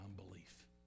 unbelief